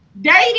dating